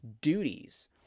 duties